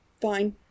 Fine